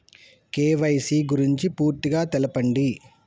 KYC గురించి పూర్తిగా తెలపండి?